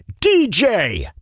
DJ